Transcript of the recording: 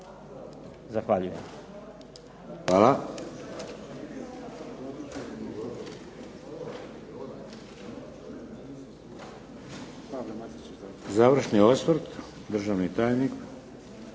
(HDZ)** Hvala. Završni osvrt, državni tajnik